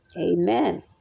Amen